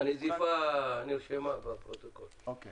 הנזיפה נרשמה בפרוטוקול ועכשיו